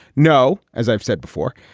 no. as i've said before,